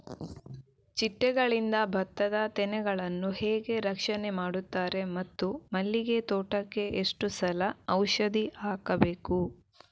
ಚಿಟ್ಟೆಗಳಿಂದ ಭತ್ತದ ತೆನೆಗಳನ್ನು ಹೇಗೆ ರಕ್ಷಣೆ ಮಾಡುತ್ತಾರೆ ಮತ್ತು ಮಲ್ಲಿಗೆ ತೋಟಕ್ಕೆ ಎಷ್ಟು ಸಲ ಔಷಧಿ ಹಾಕಬೇಕು?